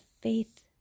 faith